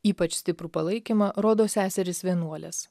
ypač stiprų palaikymą rodo seserys vienuolės